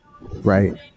Right